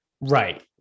Right